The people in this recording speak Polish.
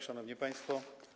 Szanowni Państwo!